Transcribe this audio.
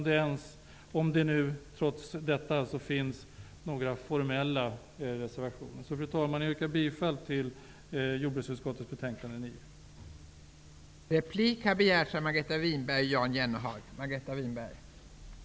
Det finns trots allt några formella reservationer. Fru talman! Jag yrkar bifall till jordbruksutskottets hemställan i betänkande 9.